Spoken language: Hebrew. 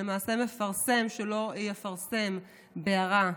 מפרסם שלא יפרסם בהערה,